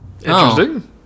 Interesting